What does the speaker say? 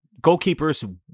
goalkeepers